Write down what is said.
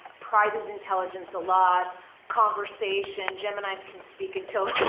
ah prizes intelligence, a lot conversation geminis can speak until